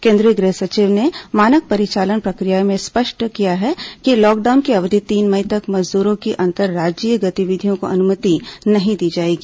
केंद्रीय गृह सचिव ने मानक परिचालन प्रक्रिया में स्पष्ट किया है कि लॉकडाउन की अवधि तीन मई तक मजदूरों की अंतरराज्यीय गतिविधियों को अनुमति नहीं दी जाएगी